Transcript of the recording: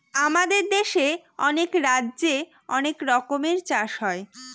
আমাদের দেশে অনেক রাজ্যে অনেক রকমের চাষ হয়